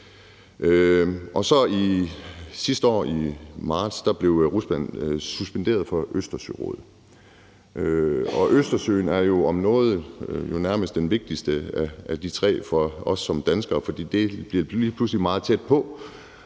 Sidste år i marts blev Rusland så suspenderet fra Østersørådet. Østersørådet er jo om nogen nærmest den vigtigste af de tre for os som danskere, for det bliver lige pludselig meget tæt på,